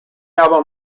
album